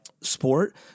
sport